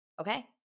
okay